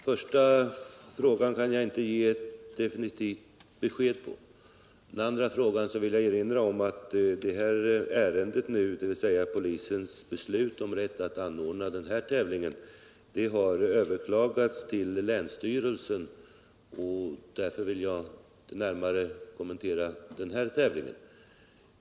Herr talman! Den första frågan kan jag inte ge ett definitivt svar på. Beträffande den andra frågan vill jag erinra om att detta ärende, dvs. polisens beslut att ge tillstånd till denna tävling, har överklagats till länsstyrelsen. Därför vill jag inte närmare kommentera den tävlingen.